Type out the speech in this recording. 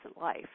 life